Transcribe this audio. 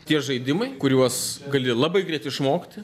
tie žaidimai kuriuos gali labai greit išmokti